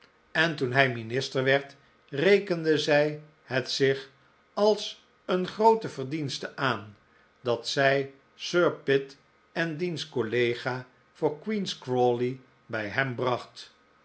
en toen hij minister werd rekende zij het zich als een groote verdienste aan dat zij sir pitt en diens collega voor queen's crawley bij hem bracht